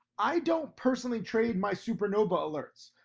i don't personally trade my supernova alerts.